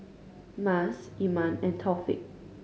Mas Iman and Taufik